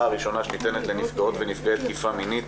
הראשונה שניתנת לנפגעות ונפגעי תקיפה מינית.